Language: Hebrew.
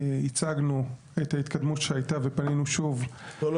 הצגנו את ההתקדמות שהייתה ופנינו שוב --- לא,